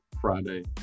Friday